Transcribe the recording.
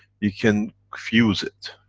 you can fuse it